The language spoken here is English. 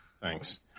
Thanks